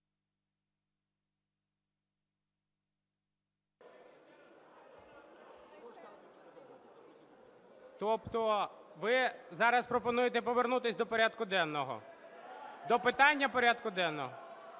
Тобто ви зараз пропонуєте повернутись до порядку денного? До питання порядку денного?